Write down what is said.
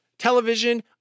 television